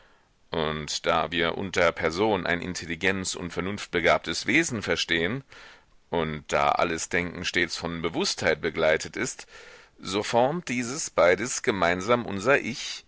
und da wir unter person ein intelligenz und vernunftbegabtes wesen verstehen und da alles denken stets von bewußtheit begleitet ist so formt dieses beides gemeinsam unser ich